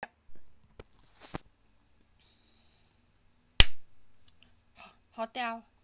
hotel